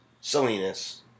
Salinas